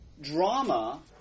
drama